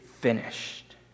finished